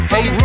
Hey